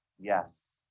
Yes